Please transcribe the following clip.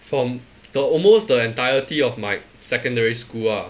from the almost the entirety of my secondary school ah